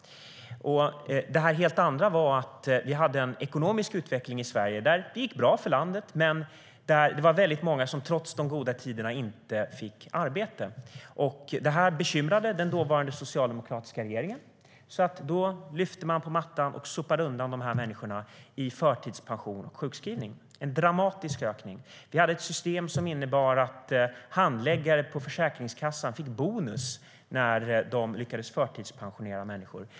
Detta helt andra var att vi hade en ekonomisk utveckling där det gick bra för landet men där väldigt många trots de goda tiderna inte fick arbete. Detta bekymrade den dåvarande socialdemokratiska regeringen, så då lyfte man på mattan och sopade undan dessa människor i förtidspension och sjukskrivning. Vi hade ett system som innebar att handläggare på Försäkringskassan fick bonus när de lyckades förtidspensionera människor.